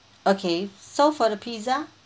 okay so for the pizza